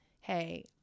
hey